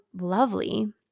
lovely